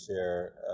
share